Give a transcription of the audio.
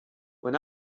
when